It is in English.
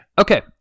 Okay